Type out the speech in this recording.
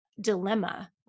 dilemma